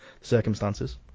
circumstances